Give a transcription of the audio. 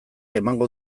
emango